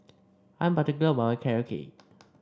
I'm particular about my Carrot Cake